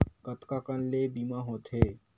कतका कन ले बीमा होथे?